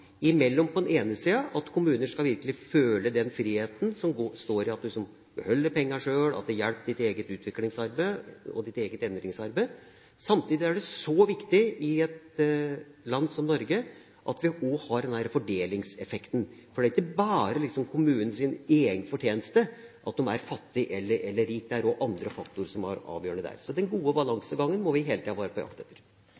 at kommuner virkelig skal føle den friheten som består i at en beholder pengene sjøl, at det hjelper deres eget utviklingsarbeid og deres eget endringsarbeid og at det samtidig er så viktig i et land som Norge at vi også har denne fordelingseffekten. Det er ikke bare kommunens egen fortjeneste om den er fattig eller rik, det er òg andre faktorer som er avgjørende der. Den gode